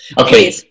Okay